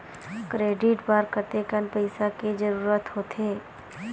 Credit बर कतेकन पईसा के जरूरत होथे?